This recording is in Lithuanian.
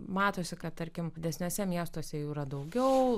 matosi kad tarkim didesniuose miestuose jų yra daugiau